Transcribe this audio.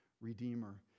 Redeemer